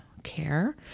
care